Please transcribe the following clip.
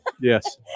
Yes